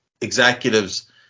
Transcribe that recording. executives